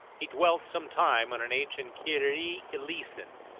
he dwelt some time on an ancient kyrie eleeson,